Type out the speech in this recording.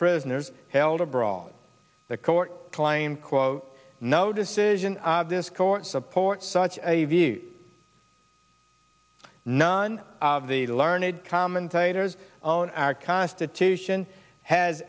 prisoners held a brawl the court claimed quote no decision of this court supports such a view none of the learned commentators on our constitution has